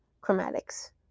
chromatics